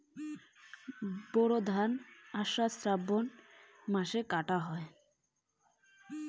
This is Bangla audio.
বোরো ধান কোন মাসে করা হয়?